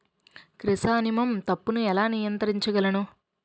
Chrysanthemum తప్పును ఎలా నియంత్రించగలను?